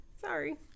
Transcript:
Sorry